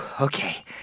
Okay